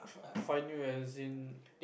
find you as in